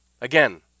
Again